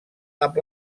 amb